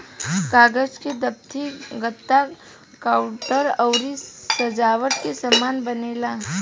कागज से दफ्ती, गत्ता, कार्टून अउरी सजावट के सामान बनेला